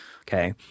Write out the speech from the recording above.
Okay